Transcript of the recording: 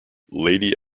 lady